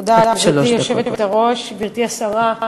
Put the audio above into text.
גברתי היושבת-ראש, תודה, גברתי השרה,